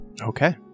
Okay